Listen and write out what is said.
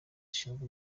zishinzwe